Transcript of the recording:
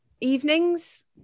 evenings